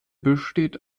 besteht